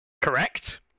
Correct